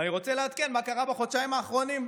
ואני רוצה לעדכן מה קרה בחודשיים האחרונים.